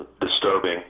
disturbing